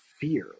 fear